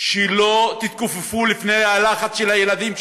שלא תתכופפו בפני הלחץ של הילדים שלכם.